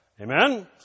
Amen